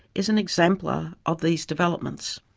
is an exemplar of these developments.